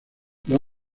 los